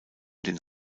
den